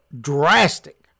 drastic